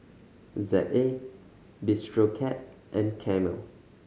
Z A Bistro Cat and Camel